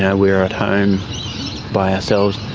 yeah we were at home by ourselves,